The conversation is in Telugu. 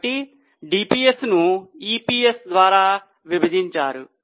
కాబట్టి DPS ను EPS ద్వారా విభజించారు